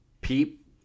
Peep